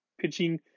pitching